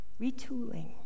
retooling